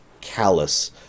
callous